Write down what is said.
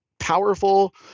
powerful